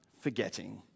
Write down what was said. forgetting